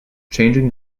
changing